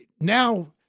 now